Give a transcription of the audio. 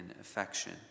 affection